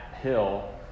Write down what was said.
hill